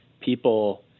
people